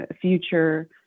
future